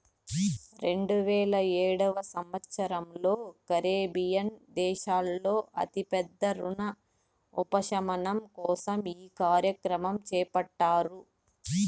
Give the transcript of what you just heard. రెండువేల ఏడవ సంవచ్చరంలో కరేబియన్ దేశాల్లో అతి పెద్ద రుణ ఉపశమనం కోసం ఈ కార్యక్రమం చేపట్టారు